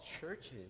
churches